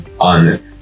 on